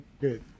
Good